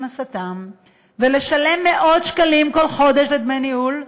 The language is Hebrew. הכנסתם ולשלם מאות שקלים כל חודש לדמי ניהול?